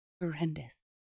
horrendous